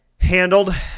handled